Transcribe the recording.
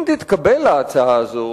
אם תתקבל ההצעה הזאת,